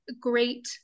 great